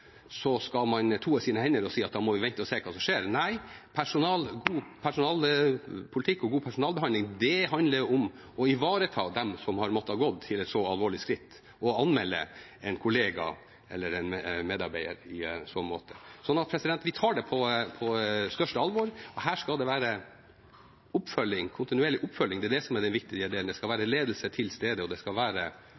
skal man toe sine hender og si at da må vi vente og se hva som skjer. Nei, god personalpolitikk og god personalbehandling handler om å ivareta dem som har måttet gå til et så alvorlig skritt som å anmelde en kollega eller en medarbeider i så måte. Så vi tar det på største alvor, og her skal det være kontinuerlig oppfølging. Det er det som er den viktige delen. Det skal være